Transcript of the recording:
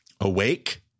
awake